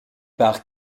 par